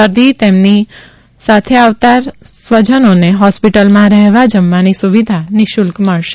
દર્દી અને તેમની સાથે આવનાર સ્વજનોને હોસ્પિટલમાં રહેવા જમવાની સુવિધા નિશુલ્ક મળશે